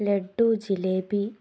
laddu jalebi